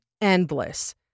endless